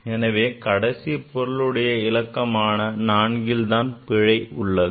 எனவே கடைசி பொருளுடைய இலக்கமான 4ல் தான் பிழை உள்ளது